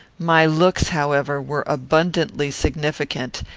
my looks, however, were abundantly significant,